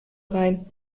rein